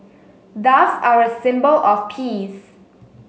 doves are a symbol of peace